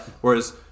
Whereas